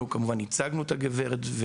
אנחנו כמובן ייצגנו את הגברת.